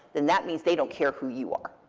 then that means they don't care who you are.